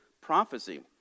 prophecy